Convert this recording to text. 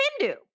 Hindu